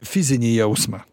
fizinį jausmą